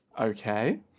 Okay